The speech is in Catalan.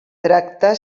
tracta